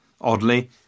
Oddly